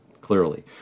clearly